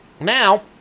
Now